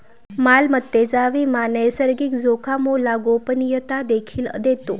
मालमत्तेचा विमा नैसर्गिक जोखामोला गोपनीयता देखील देतो